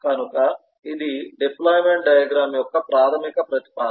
కనుక ఇది deployment diagram యొక్క ప్రాథమిక ప్రతిపాదన